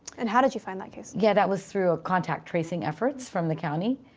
and how did you find that case? yeah, that was through ah contact tracing efforts from the county,